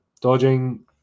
Dodging